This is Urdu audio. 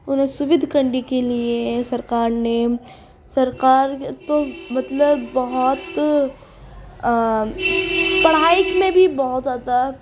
انہیں سودھ کرنے کے لیے سرکار نے سرکار تو مطلب بہت پڑھائی میں بھی بہت زیادہ